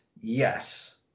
yes